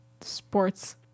sports